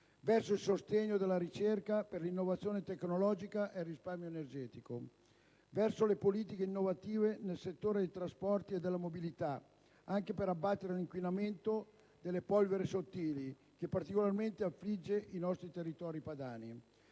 verso il sostegno della ricerca per l'innovazione tecnologica ed il risparmio energetico; quelle verso le politiche innovative nel settore dei trasporti e della mobilità, anche per abbattere l'inquinamento da polveri sottili che particolarmente affligge i nostri territori padani;